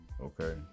Okay